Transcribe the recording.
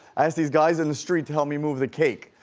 i asked these guys in the street to help me move the cake.